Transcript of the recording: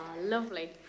lovely